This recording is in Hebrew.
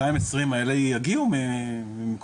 בפחם שכנראה יהיה יותר יקר, אנחנו לא יודעים